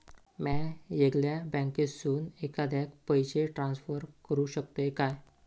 म्या येगल्या बँकेसून एखाद्याक पयशे ट्रान्सफर करू शकतय काय?